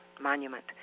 monument